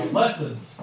lessons